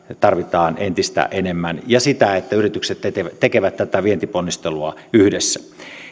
tarvitaan entistä enemmän ja sitä että yritykset tekevät tekevät tätä vientiponnistelua yhdessä